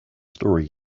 story